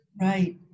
Right